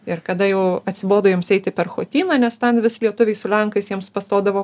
ir kada jau atsibodo jiems eiti per chotyną nes ten vis lietuviai su lenkais jiems pastodavo